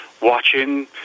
watching